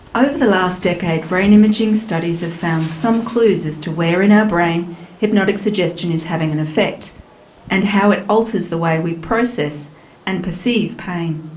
over the last decade brain imaging studies have found some clues as to where in our brain hypnotic suggestion is having an effect and how it alters the way we process and perceive pain.